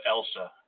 Elsa